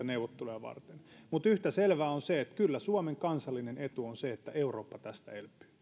neuvotteluja varten mutta yhtä selvää on se että kyllä suomen kansallinen etu on se että eurooppa tästä elpyy